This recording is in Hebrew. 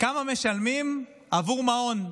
כמה משלמים עבור מעון,